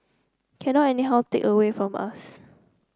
cannot anyhow take away from us